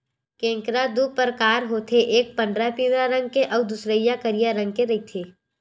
केंकरा दू परकार होथे एक पंडरा पिंवरा रंग के अउ दूसरइया करिया रंग के रहिथे